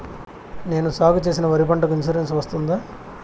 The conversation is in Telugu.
నేను సాగు చేసిన వరి పంటకు ఇన్సూరెన్సు వస్తుందా?